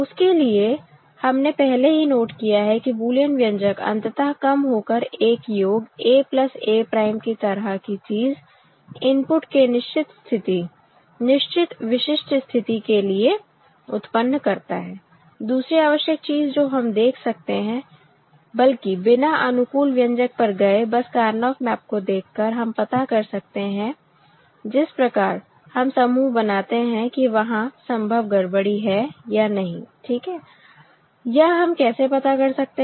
उसके लिए हमने पहले ही नोट किया है कि बुलियन व्यंजक अंततः कम होकर एक योग A प्लस A prime की तरह की चीज इनपुट के निश्चित स्थिति निश्चित विशिष्ट स्थिति के लिए उत्पन्न करता है दूसरी आवश्यक चीज जो हम देख सकते हैं बल्कि बिना अनुकूल व्यंजक पर गए बस कारनॉफ मैप को देख कर हम पता कर सकते हैं जिस प्रकार हम समूह बनाते हैं कि वहां संभव गड़बड़ी है या नहीं ठीक है यह हम कैसे पता कर सकते हैं